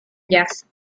jazz